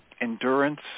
endurance